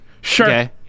Sure